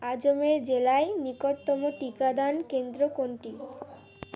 আজমের জেলায় নিকটতম টিকাদান কেন্দ্র কোনটি